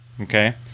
okay